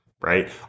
right